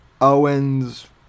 Owen's